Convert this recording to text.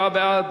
37 בעד,